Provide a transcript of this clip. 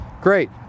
Great